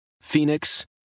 Phoenix